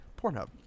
Pornhub